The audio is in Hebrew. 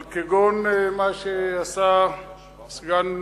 על כגון מה שעשה סגן